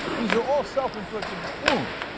these are all self-inflicted wounds.